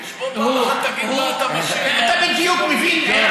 שחר ולא יתממשו.) תודה לחבר הכנסת טיבי.